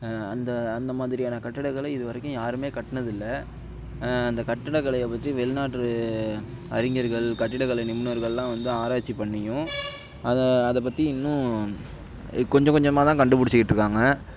அந்த அந்த மாதிரியான கட்டிடக்கலை இது வரைக்கும் யாருமே கட்டினது இல்லை அந்த கட்டிடக்கலைய பற்றி வெளிநாட்டு அறிஞர்கள் கட்டிடக்கலை நிபுணர்கள்லாம் வந்து ஆராய்ச்சி பண்ணியும் அதை அதை பற்றி இன்னும் கொஞ்சம் கொஞ்சமாக தான் கண்டுபிடிச்சிக்கிட்டு இருக்காங்க